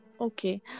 Okay